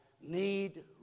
need